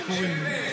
סיפורים.